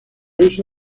eso